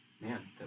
man